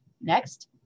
Next